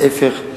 להיפך,